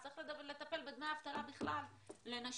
צריך לטפל בדמי אבטלה בכלל לנשים,